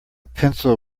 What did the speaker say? pencil